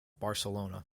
barcelona